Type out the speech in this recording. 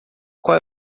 qual